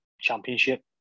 Championship